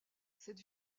cette